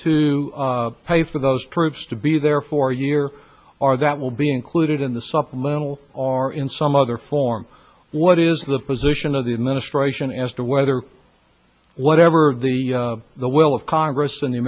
to pay for those troops to be there for a year are that will be included in the supplemental are in some other four norm what is the position of the administration as to whether whatever the the will of congress and the